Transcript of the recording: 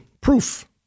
proof